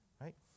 right